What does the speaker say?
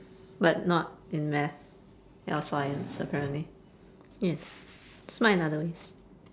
but not in math or science apparently ya smart in other ways